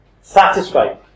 satisfied